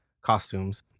costumes